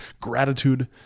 gratitude